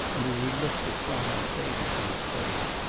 and as he looked, the smile faded from his face.